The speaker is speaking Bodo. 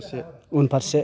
उनफारसे